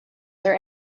there